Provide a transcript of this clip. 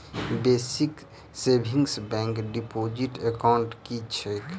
Basic savings bank deposit account की छैक?